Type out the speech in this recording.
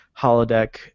holodeck